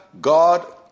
God